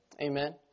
Amen